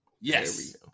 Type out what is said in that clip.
Yes